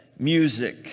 Music